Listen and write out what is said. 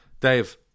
Dave